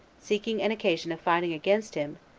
seeking an occasion of fighting against him,